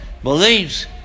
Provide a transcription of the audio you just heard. Believes